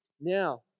Now